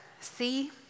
see